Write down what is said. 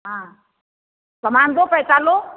हाँ सामान दो पैसा लो